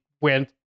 went